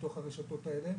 בתול הרשתות האלה.